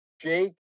Jake